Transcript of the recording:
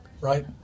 right